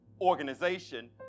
organization